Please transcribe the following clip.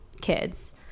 kids